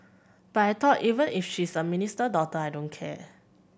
but I thought even if she's a minister daughter I don't care